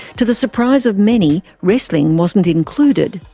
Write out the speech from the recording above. to the surprise of many, wrestling wasn't included.